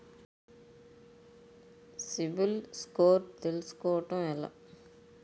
CIBIL score తెల్సుకోటం ఎలా?